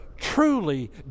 truly